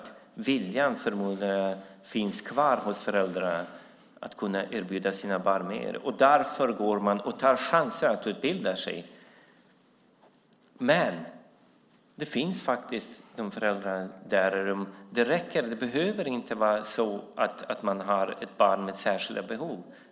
Viljan finns kvar hos föräldrarna att erbjuda sina barn mer. Därför tar man chansen att utbilda sig. Det behöver inte vara så att man har ett barn med särskilda behov.